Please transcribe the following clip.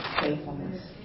faithfulness